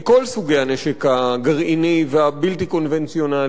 סוגי הנשק הגרעיני והבלתי-קונבנציונלי,